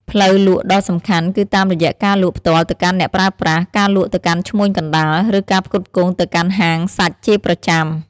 ផ្លូវលក់ដ៏សំខាន់គឺតាមរយៈការលក់ផ្ទាល់ទៅកាន់អ្នកប្រើប្រាស់ ការលក់ទៅកាន់ឈ្មួញកណ្តាល ឬការផ្គត់ផ្គង់ទៅកាន់ហាងសាច់ជាប្រចាំ។